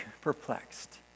perplexed